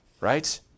Right